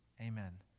Amen